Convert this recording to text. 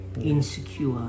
insecure